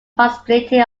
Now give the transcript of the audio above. possibility